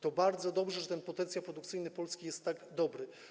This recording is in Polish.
To bardzo dobrze, że ten potencjał produkcyjny Polski jest tak dobry.